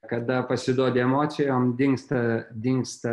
kada pasiduodi emocijom dingsta dingsta